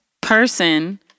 person